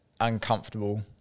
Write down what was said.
uncomfortable